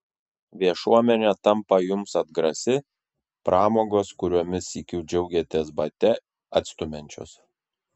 viešuomenė tampa jums atgrasi pramogos kuriomis sykiu džiaugėtės bate atstumiančios